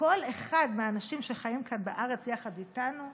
כל אחד מהאנשים שחיים כאן בארץ ביחד איתנו,